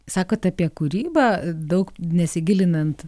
sakot apie kūrybą daug nesigilinant